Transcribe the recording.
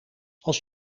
als